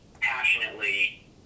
passionately